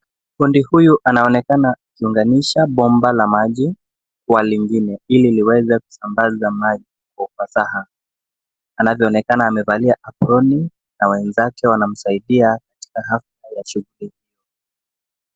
Fundi huyu anaonekana akiunganisha bomba la maji, kwa lingine ili liweze kusambaza maji kwa ufasaha anavyoonekana amevalia aproni, na wenzake wanamsaidia katika hafla ya shughuli.